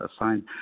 assigned